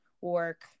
work